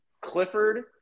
Clifford